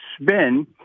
spin